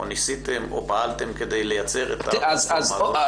או ניסיתם או פעלתם כדי לייצר --- אדוני,